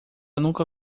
nunca